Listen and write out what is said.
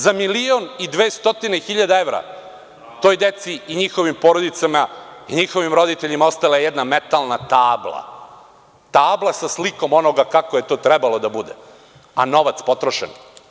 Za milion i 200 hiljada evra, toj deci i njihovim porodicama, njihovim roditeljima ostala je jedna metalna tabla, tabla sa slikom onoga kako je to trebalo da bude, a novac potrošen.